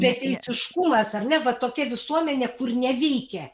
beteisiškumas ar ne va tokia visuomenė kur neveikia